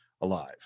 alive